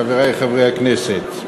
חברי חברי הכנסת,